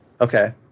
Okay